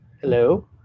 hello